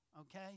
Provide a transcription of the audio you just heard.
okay